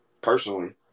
personally